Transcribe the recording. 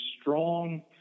strong